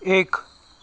एक